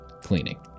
cleaning